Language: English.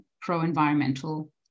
pro-environmental